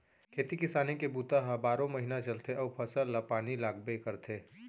खेती किसानी के बूता ह बारो महिना चलथे अउ फसल ल पानी लागबे करथे